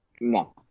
No